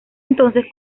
entonces